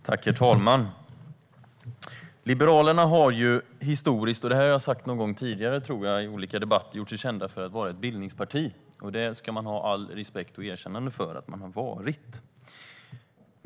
Herr talman! Jag tror att jag har sagt detta någon gång tidigare i olika debatter: Liberalerna har historiskt gjort sig kända för att vara ett bildningsparti. Det ska de ha all respekt och erkännande för att de har varit.